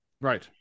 right